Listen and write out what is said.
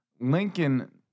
Lincoln